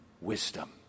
wisdom